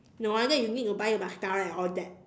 no wonder you need to buy mascara and all that